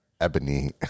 ebony